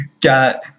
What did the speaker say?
got